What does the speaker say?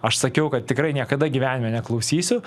aš sakiau kad tikrai niekada gyvenime neklausysiu